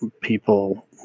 people